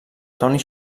toni